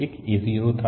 एक a0 था